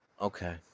Okay